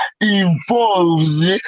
involves